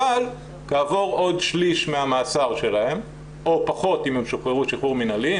אבל כעבור עוד 1/3 מהמאסר שלהם או פחות אם הם שוחררו שחרור מנהלי,